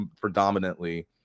predominantly